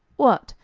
what,